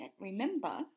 remember